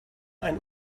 ein